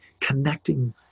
connecting